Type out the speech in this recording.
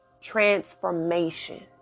transformation